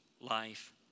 life